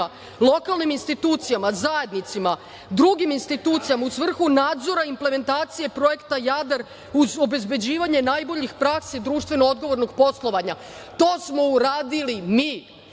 lokalnim institucijama, zajednicama, drugim institucijama u svrhu nadzora implementacije projekta Jadar uz obezbeđivanje najboljih praksi društveno odgovornog poslovanja. To smo uradili mi